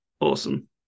Awesome